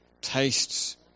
tastes